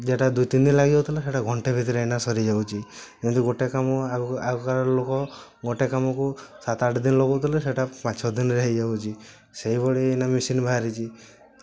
ଯେଟା ଦୁଇ ତିନଦିନ ଲାଗି ଯାଉଥିଲା ସେଇଟା ଘଣ୍ଟେ ଭିତରେ ଏଇନା ସରିଯାଉଛି କିନ୍ତୁ ଗୋଟେ କାମ ଆଗକାଳର ଲୋକ ଗୋଟେ କାମକୁ ସାତ ଆଠଦିନ ଲଗଉଥିଲେ ସେଇଟା ପାଞ୍ଚ ଛଅ ଦିନରେ ହେଇଯାଉଛି ସେଇଭଳି ଏଇନା ମେସିନ୍ ବାହାରିଛି ତ